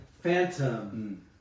Phantom